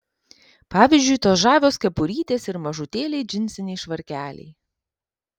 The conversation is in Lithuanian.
pavyzdžiui tos žavios kepurytės ir mažutėliai džinsiniai švarkeliai